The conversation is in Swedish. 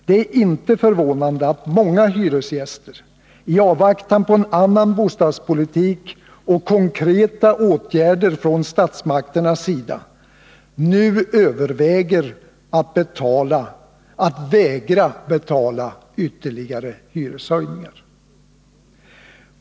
Det är inte förvånande att många hyresgäster — i avvaktan på en annan bostadspolitik och konkreta åtgärder från statsmakternas sida — nu överväger att vägra betala ytterligare hyreshöjningar.